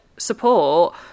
support